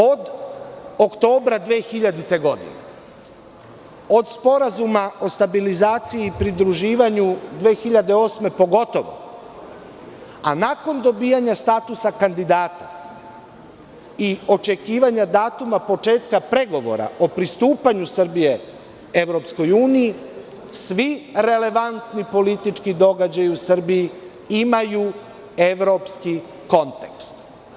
Od oktobra 2000. godine, od Sporazuma o stabilizaciji i pridruživanju, 2008. pogotovo, a nakon dobijanja statusa kandidata i očekivanja datuma početka pregovora o pristupanju Srbije EU, svi relevantni politički događaji u Srbiji imaju evropski kontekst.